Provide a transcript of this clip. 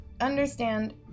Understand